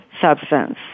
substance